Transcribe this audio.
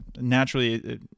naturally